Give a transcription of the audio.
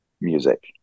music